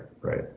right